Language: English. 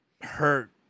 hurt